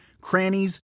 crannies